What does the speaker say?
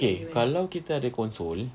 okay kalau kita ada console